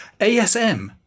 ASM